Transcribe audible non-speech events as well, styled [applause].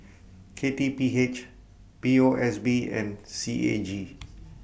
K T P H P O S B and C A G [noise]